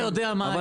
אבל,